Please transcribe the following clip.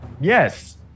Yes